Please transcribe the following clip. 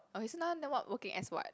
okay so now then what working as what